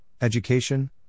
education